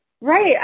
right